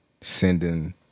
Sending